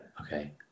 Okay